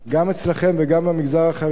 גם אצלכם וגם במגזר החרדי,